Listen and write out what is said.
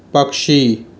पक्षी